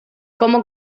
como